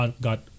got